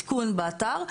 עדכון באתר,